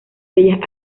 bellas